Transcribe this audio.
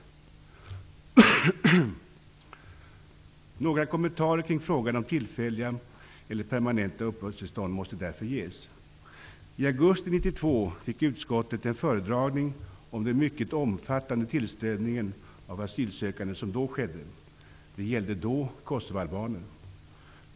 Några kommentarer kring frågan om tillfälliga eller permanenta uppehållstillstånd måste därför ges. I augusti 1992 fick utskottet en föredragning om den mycket omfattande tillströmningen av asylsökande som då skedde. Det gällde då kosovoalbaner.